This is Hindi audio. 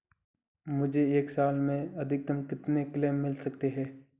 मुझे एक साल में अधिकतम कितने क्लेम मिल सकते हैं?